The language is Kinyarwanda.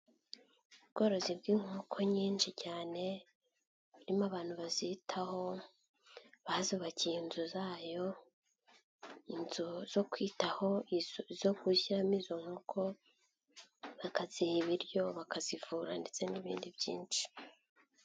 Ubworozi bw'inkoko nyinshi cyane, harimo abantu bazitaho, bazubakiye inzu zayo, inzu zo kwitaho zo gushyiramo izo nkoko, bakaziha ibiryo, bakazivura ndetse n'ibindi byinshi.